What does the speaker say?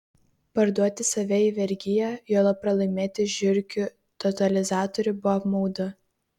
parduoti save į vergiją juolab pralaimėti žiurkių totalizatorių buvo apmaudu